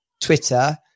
Twitter